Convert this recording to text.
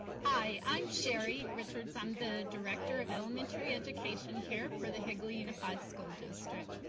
hi, i'm sherry richards. i'm the director of elementary education here for the higly unified school district.